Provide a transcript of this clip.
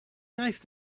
nice